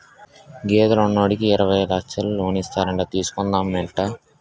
గేదెలు ఉన్నోడికి యిరవై లచ్చలు లోనిస్తారట తీసుకుందా మేట్రా